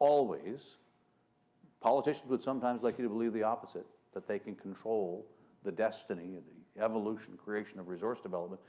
always politicians would sometimes like you to believe the opposite, that they can control the destiny, the evolution, creation of resource development,